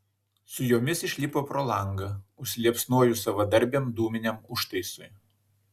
su jomis išlipo pro langą užsiliepsnojus savadarbiam dūminiam užtaisui